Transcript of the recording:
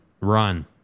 Run